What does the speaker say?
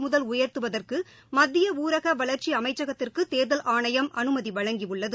முதல் உயர்த்துவதற்கு மத்திய ஊரக வளர்ச்சி அமைச்சகத்திற்கு தேர்தல் ஆணையம் அனுமதி வழங்கியுள்ளது